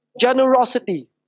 generosity